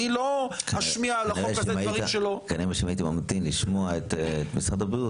אם היית ממתין לשמוע את משרד הבריאות,